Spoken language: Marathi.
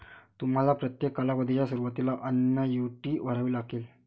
तुम्हाला प्रत्येक कालावधीच्या सुरुवातीला अन्नुईटी भरावी लागेल